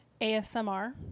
ASMR